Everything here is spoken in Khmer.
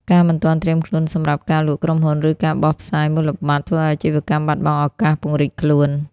ការមិនទាន់ត្រៀមខ្លួនសម្រាប់ "ការលក់ក្រុមហ៊ុន" ឬ "ការបោះផ្សាយមូលបត្រ" ធ្វើឱ្យអាជីវកម្មបាត់បង់ឱកាសពង្រីកខ្លួន។